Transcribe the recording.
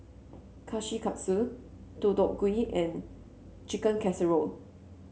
Kushikatsu Deodeok Gui and Chicken Casserole